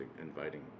inviting